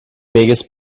biggest